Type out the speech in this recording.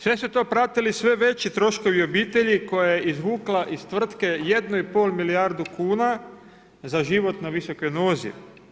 Sve su to pratili sve veći troškovi obitelji koja je izvukla iz tvrtke 1,5 milijardu kuna za život na visokoj nozi.